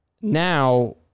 Now